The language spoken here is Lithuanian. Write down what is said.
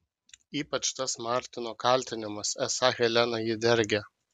ypač tas martino kaltinimas esą helena jį dergia